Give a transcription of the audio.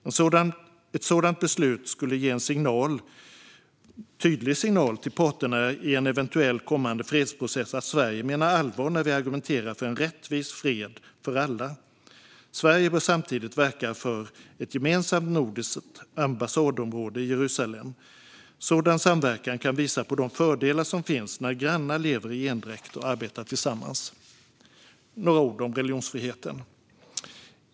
Ett sådant beslut skulle ge en tydlig signal till parterna i en eventuell kommande fredsprocess att Sverige menar allvar när vi argumenterar för en rättvis fred för alla. Sverige bör samtidigt verka för ett gemensamt nordiskt ambassadområde i Jerusalem. Sådan samverkan kan visa på de fördelar som finns när grannar lever i endräkt och arbetar tillsammans. Låt mig säga några ord om religionsfriheten.